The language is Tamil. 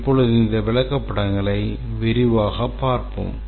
இப்போது இந்த விளக்கப்படங்களை விரிவாகப் பார்ப்போம்